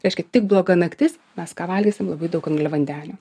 reiškia tik bloga naktis mes ką valgysim labai daug angliavandenių